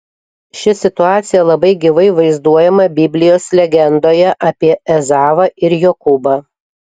ši situacija labai gyvai vaizduojama biblijos legendoje apie ezavą ir jokūbą